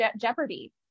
Jeopardy